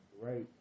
Right